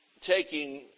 taking